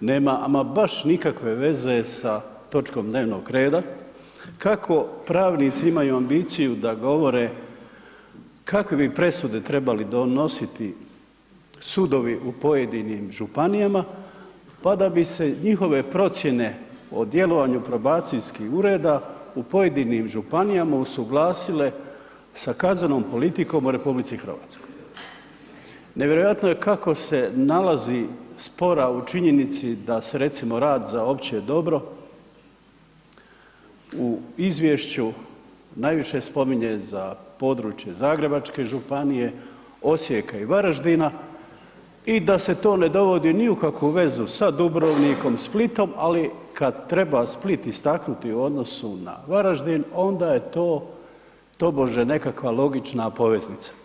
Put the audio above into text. nema ama baš nikakve veze sa točkom dnevnog reda, kako pravnici imaju ambiciju da govore kakve bi presude trebali donositi sudovi u pojedinim županijama, pa da bi se njihove procijene o djelovanju probacijskih ureda u pojedinim županijama usuglasile sa kaznenom politikom u RH, nevjerojatno je kako se nalazi spora u činjenici da se recimo rad za opće dobro u izvješću najviše spominje za područje Zagrebačke županije, Osijeka i Varaždina i da se to ne dovodi ni u kakvu vezu sa Dubrovnikom i Splitom, ali kad treba Split istaknuti u odnosu na Varaždin onda je to tobože nekakva logična poveznica.